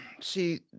see